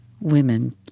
women